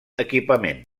equipament